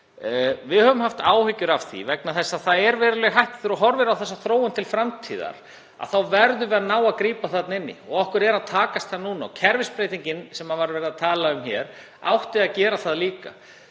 Við höfum haft áhyggjur af því vegna þess að það er veruleg hætta. Þegar við horfum á þessa þróun til framtíðar þá verðum við að ná að grípa þarna inn í og okkur er að takast það núna. Kerfisbreytingin sem verið var að tala um hér átti að gera það líka.